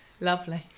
Lovely